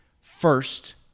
first